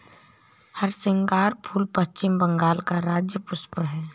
हरसिंगार फूल पश्चिम बंगाल का राज्य पुष्प है